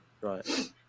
right